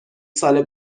سال